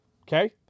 Okay